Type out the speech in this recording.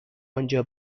آنجا